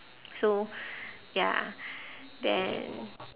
so ya then